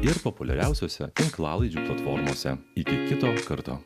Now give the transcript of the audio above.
ir populiariausiose tinklalaidžių platformose iki kito karto